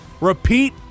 Repeat